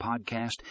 Podcast